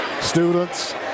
students